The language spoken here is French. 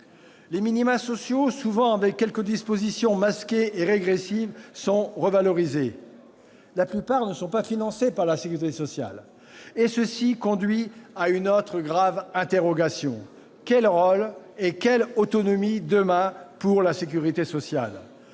Les minima sociaux, souvent avec des dispositions masquées et régressives, sont revalorisés. La plupart ne sont pas financés par la sécurité sociale, ce qui conduit à une autre grave interrogation. Quel rôle et quelle autonomie demain pour la sécurité sociale ?